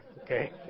Okay